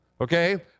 okay